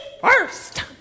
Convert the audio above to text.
first